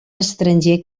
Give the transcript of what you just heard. estranger